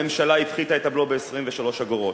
הממשלה הפחיתה את הבלו ב-23 אגורות.